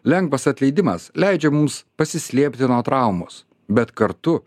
lengvas atleidimas leidžia mums pasislėpti nuo traumos bet kartu